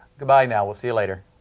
goodbye now, we'll see you later.